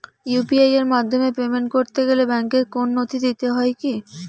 UPI এর মাধ্যমে payment করতে গেলে ব্যাংকের কোন নথি দিতে হয় কি?